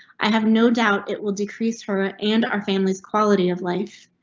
i have no doubt it will decrease her and our families quality of life.